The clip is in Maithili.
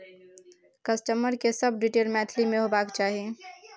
कस्टमर के सब डिटेल मैथिली में होबाक चाही